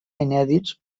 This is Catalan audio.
inèdits